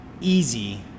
easy